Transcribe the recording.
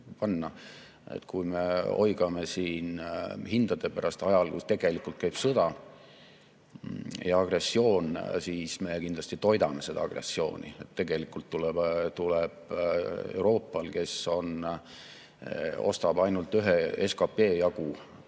kui me oigame siin hindade pärast ajal, kui tegelikult käib sõda ja toimub agressioon, siis me kindlasti toidame seda agressiooni. Tegelikult tuleb Euroopal, kes ostab ainult ühe SKP jagu,